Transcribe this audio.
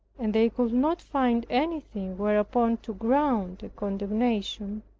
and they could not find anything whereupon to ground a condemnation,